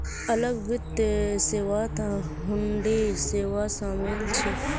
अलग वित्त सेवात हुंडी सेवा शामिल छ